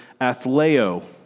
athleo